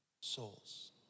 souls